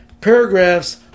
paragraphs